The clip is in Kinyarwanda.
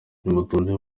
nimutuze